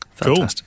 Cool